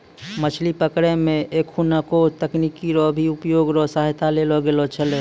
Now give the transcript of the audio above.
मछली पकड़ै मे एखुनको तकनीकी रो भी उपकरण रो सहायता लेलो गेलो छै